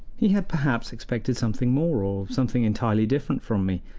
he had perhaps expected something more or something entirely different from me,